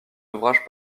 ouvrages